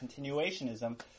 continuationism